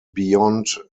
beyond